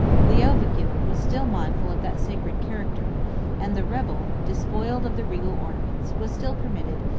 leovigild was still mindful of that sacred character and the rebel, despoiled of the regal ornaments, was still permitted,